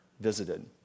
visited